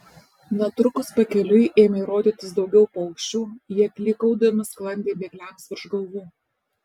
netrukus pakeliui ėmė rodytis daugiau paukščių jie klykaudami sklandė bėgliams virš galvų